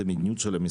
זו המדיניות של המשרד.